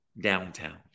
downtown